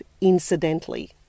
incidentally